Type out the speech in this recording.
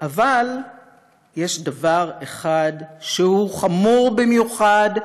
אבל יש דבר אחד שהוא חמור במיוחד,